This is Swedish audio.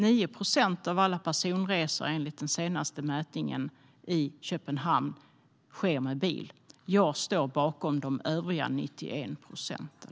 9 procent av alla personresor i Köpenhamn sker, enligt den senaste mätningen, med bil. Jag står bakom de övriga 91 procenten.